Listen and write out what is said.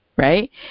right